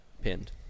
pinned